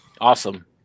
awesome